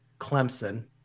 Clemson